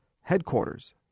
headquarters